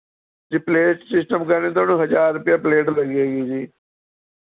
ਜੇ plate system ਕਰਦੇ ਤੁਹਾਨੂੰ ਹਜ਼ਾਰ ਰੁਪਇਆ ਪਲੇਟ ਲੱਗੇਗੀ ਜੀ